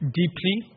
deeply